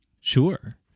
Sure